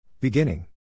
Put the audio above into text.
Beginning